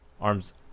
Arms